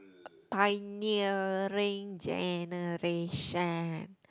pioneering generation